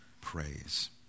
praise